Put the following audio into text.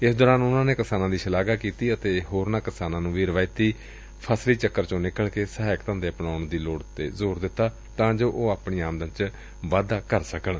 ਇਸ ਦੌਰਾਨ ਉਨੂਾਂ ਨੇ ਕਿਸਾਨਾਂ ਦੀ ਸ਼ਲਾਂਘਾ ਕੀਤੀ ਅਤੇ ਹੋਰਨਾਂ ਕਿਸਾਨਾਂ ਨੂੰ ਵੀ ਰਵਾਇਤੀ ਫਸਲਾਂ ਚੋ ਨਿਕਲ ਕੇ ਸਹਾਇਕ ਧੰਦੇ ਅਪਣਾਉਣ ਦੀ ਅਪੀਲ ਕੀਤੀ ਤਾਂ ਜੋ ਉਹ ਆਪਣੀ ਆਮਦਨ ਚ ਵਾਧਾ ਕਰ ਸਕਣ